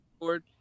board